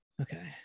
Okay